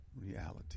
Reality